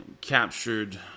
captured